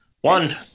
One